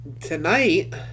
Tonight